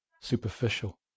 superficial